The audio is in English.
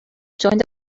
joined